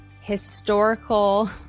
historical